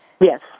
Yes